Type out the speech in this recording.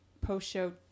post-show